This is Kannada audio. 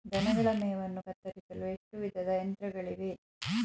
ದನಗಳ ಮೇವನ್ನು ಕತ್ತರಿಸಲು ಎಷ್ಟು ವಿಧದ ಯಂತ್ರಗಳಿವೆ?